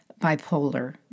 bipolar